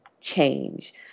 change